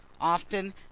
Often